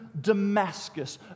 Damascus